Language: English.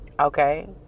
Okay